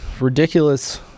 ridiculous